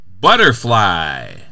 Butterfly